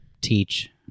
teach